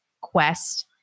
quest